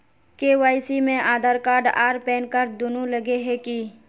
KYC में Aadhaar card आर pan card दुनू लगे है की?